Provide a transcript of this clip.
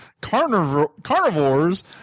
carnivores